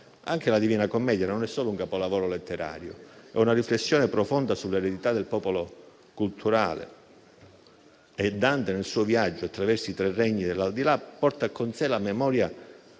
Anche la «Divina Commedia» non è solo un capolavoro letterario, ma è anche una riflessione profonda sull'eredità culturale del popolo. Dante, nel suo viaggio attraverso i tre regni dell'aldilà, porta con sé la memoria della